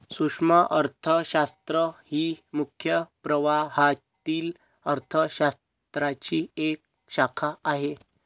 सूक्ष्म अर्थशास्त्र ही मुख्य प्रवाहातील अर्थ शास्त्राची एक शाखा आहे